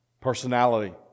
Personality